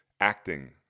Acting